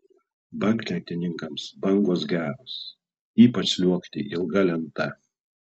banglentininkams bangos geros ypač sliuogti ilga lenta